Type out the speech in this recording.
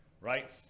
Right